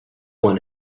one